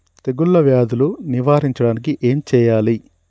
తెగుళ్ళ వ్యాధులు నివారించడానికి ఏం చేయాలి?